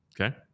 Okay